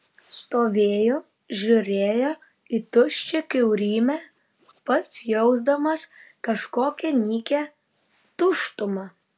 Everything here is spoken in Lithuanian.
stovėjo žiūrėjo į tuščią kiaurymę pats jausdamas kažkokią nykią tuštumą